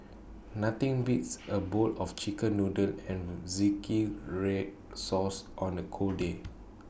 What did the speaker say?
nothing beats A bowl of Chicken Noodles and Zingy Red Sauce on A cold day